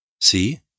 See